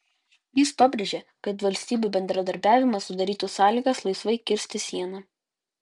jis pabrėžė kad valstybių bendradarbiavimas sudarytų sąlygas laisvai kirsti sieną